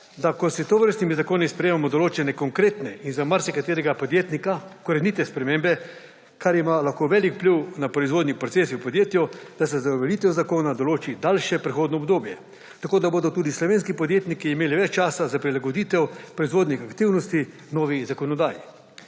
da ko s tovrstnimi zakoni sprejemamo določene konkretne in za marsikaterega podjetnika korenite spremembe, kar ima lahko veliko vpliv nad proizvodnimi procesi v podjetju, da se z uveljavitvijo zakona določi daljše prehodno obdobje, tako da bodo tudi slovenski podjetniki imeli več časa za prilagoditev proizvodnih aktivnosti novi zakonodaji.